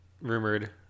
rumored